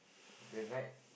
the night